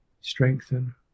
strengthen